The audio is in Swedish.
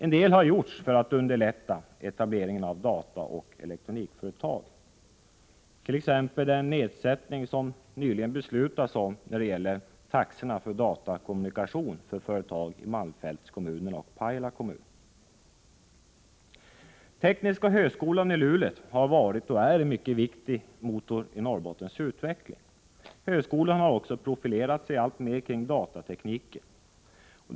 En del har gjorts för att underlätta etablering av dataoch elektronikföretag, t.ex. den nedsättning som nyligen beslutats när det gäller taxorna för datakommunikationen för företag i malmfältskommunerna och Pajala kommun. Tekniska högskolan i Luleå har varit och är en viktig motor för Norrbottens utveckling. Högskolan har också profilerat sig alltmer kring datatekniken.